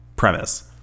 premise